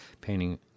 painting